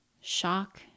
Shock